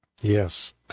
Yes